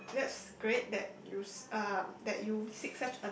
oh that's great that you uh that you